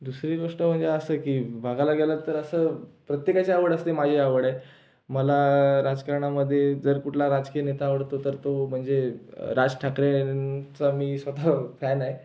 दुसरी गोष्ट म्हणजे असं की बघायला गेलं तर असं प्रत्येकाची आवड असते माझी ही आवड आहे मला राजकरणामध्ये जर कुठला राजकीय नेता आवडतो तर तो म्हणजे राज ठाकरेंचा मी स्वतः फॅन आहे